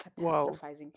catastrophizing